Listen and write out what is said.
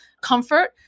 comfort